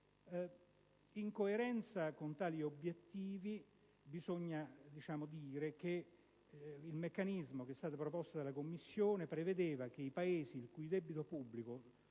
In coerenza con tali obiettivi, il meccanismo che è stato proposto dalla Commissione prevedeva che i Paesi il cui debito pubblico